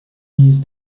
نیز